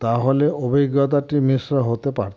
তাহলে অভিজ্ঞতাটি মিশ্র হতে পারত